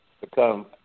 become